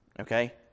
Okay